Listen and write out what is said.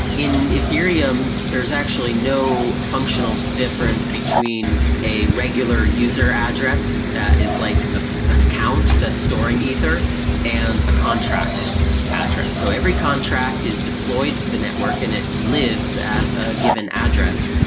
in ethereum, there's actually no functional difference between a regular user address that is like ah an account that's storing ether and a contract address. so every contract is deployed to the network and it lives at a given address,